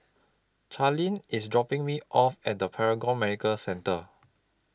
Charline IS dropping Me off At Paragon Medical Centre